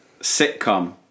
sitcom